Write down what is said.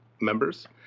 members